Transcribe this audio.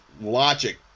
logic